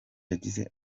yagize